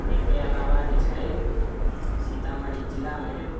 एहिके अलावा जे छै सीतामढ़ी जिलामे